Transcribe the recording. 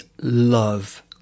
love